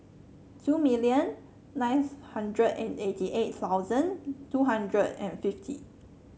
two million ninth hundred and eighty eight thousand two hundred and fifty